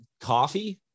coffee